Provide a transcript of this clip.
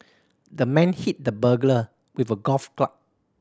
the man hit the burglar with a golf club